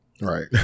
Right